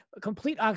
complete